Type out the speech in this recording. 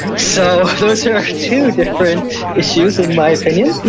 so those are two different issues, in my opinion.